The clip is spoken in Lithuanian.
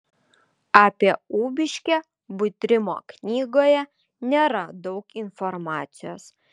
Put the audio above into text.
apie ubiškę butrimo knygoje nėra daug informacijos